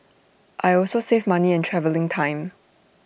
I also save money and travelling time